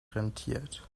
rentiert